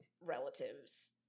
relatives